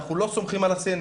אנחנו לא סומכים על הסינים'.